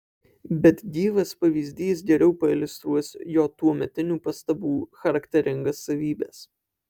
bet gyvas pavyzdys geriau pailiustruos jo tuometinių pastabų charakteringas savybes